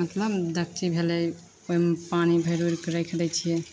मतलब डेकची भेलै ओहिमे पानि भरि ओरिके रखि दै छियै